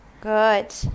good